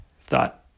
thought